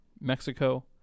Mexico